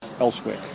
elsewhere